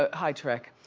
ah hi trick.